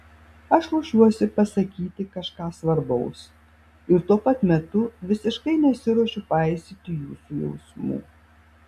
aš ruošiuosi pasakyti kažką svarbaus ir tuo pat metu visiškai nesiruošiu paisyti jūsų jausmų